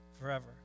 forever